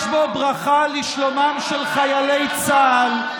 יש בו ברכה לשלומם של חיילי צה"ל,